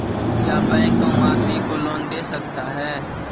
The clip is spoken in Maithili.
क्या बैंक आम आदमी को लोन दे सकता हैं?